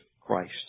Christ